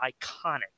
iconic